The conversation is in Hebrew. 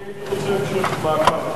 אני הייתי רוצה המשך מעקב.